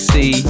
See